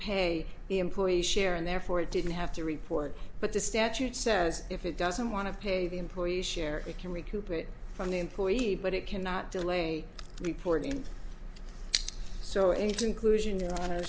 pay the employees share and therefore it didn't have to report but the statute says if it doesn't want to pay the employee share they can recoup it from the employee but it cannot delay reporting so in conclusion